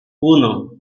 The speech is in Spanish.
uno